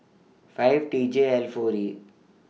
five T J L four E